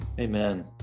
Amen